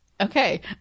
Okay